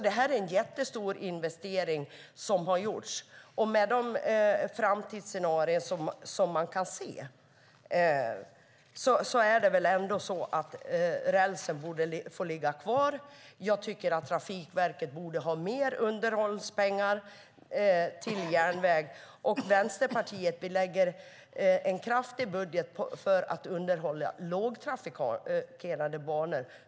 Det är en jättestor investering som har gjorts, och med de framtidsscenarier vi kan se är det väl ändå så att rälsen borde få ligga kvar? Jag tycker att Trafikverket borde ha mer underhållspengar till järnväg, och vi i Vänsterpartiet lägger en kraftig budget för att underhålla lågtrafikerade banor.